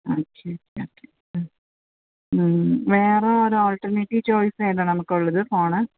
ആ ശരി ആ മ്മ് വെറെ ഒരു ആൾട്ടർനേറ്റീവ് ചോയ്സ് ഏതാണ് നമുക്കുള്ളത് ഫോണ്